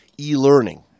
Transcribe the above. e-learning